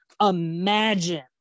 Imagine